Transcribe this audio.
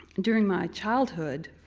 and during my childhood,